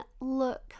look